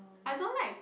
I don't like